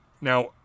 Now